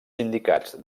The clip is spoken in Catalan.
sindicats